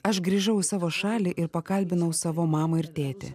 aš grįžau į savo šalį ir pakalbinau savo mamą ir tėtį